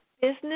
business